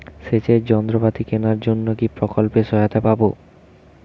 সেচের যন্ত্রপাতি কেনার জন্য কি প্রকল্পে সহায়তা পাব?